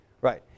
Right